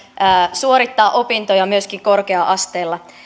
suorittaa opintoja myöskin korkea asteella